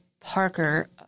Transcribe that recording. Parker